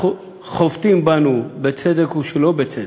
שחובטים בנו, בצדק או שלא בצדק,